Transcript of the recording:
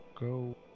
Go